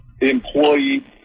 employee